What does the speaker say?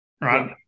right